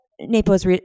Naples